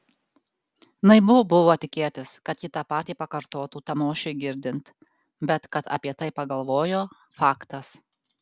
naivu buvo tikėtis kad ji tą patį pakartotų tamošiui girdint bet kad apie tai pagalvojo faktas